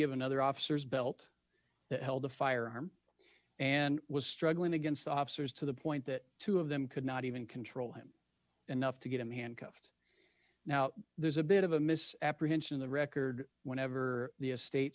of another officers belt that held the firearm and was struggling against the officers to the point that two of them could not even control him enough to get him handcuffed now there's a bit of a mis apprehension in the record whenever the state